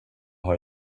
har